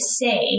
say